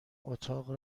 اتاق